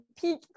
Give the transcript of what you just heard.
peak